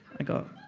i go,